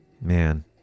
man